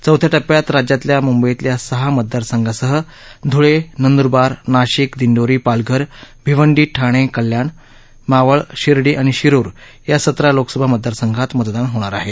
चौथ्या टप्प्यात राज्यातल्या मुंबईतल्या सहा मतदारसंघांसह धुळेनंदूरबार नाशिक दिंडोरी पालघर भिवंडी ठाणे कल्याण मावळ शिर्डी आणि शिरूर या सतरा लोकसभा मतदारसंघात मतदान होणार आहे